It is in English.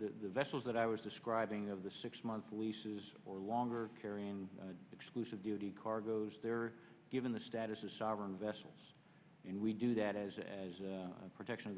the vessels that i was describing of the six month leases or longer carry an exclusive duty cargoes they are given the status of sovereign vessels and we do that as as a protection of